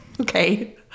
Okay